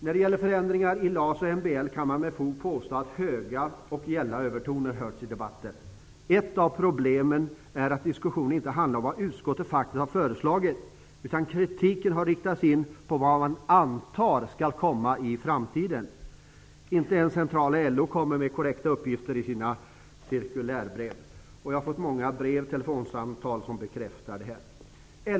När det gäller förändringar i LAS och MBL kan man med fog påstå att höga och gälla övertoner hörts i debatten. Ett av problemen är att diskussionen inte handlat om vad utskottet faktiskt har föreslagit, utan kritiken har riktats mot vad man antar skall komma i framtiden. Inte ens centrala LO kommer med korrekta uppgifter i sina cirkulärbrev. Jag har fått många brev och telefonsamtal som bekräftar det.